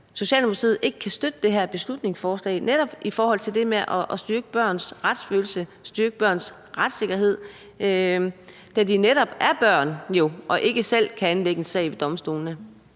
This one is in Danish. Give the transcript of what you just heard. Socialdemokratiet ikke kan støtte det her beslutningsforslag om netop at styrke børns retsfølelse, styrke børns retssikkerhed, da de jo netop er børn, og ikke selv kan anlægge en sag ved domstolene?